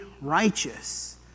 righteous